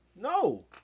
No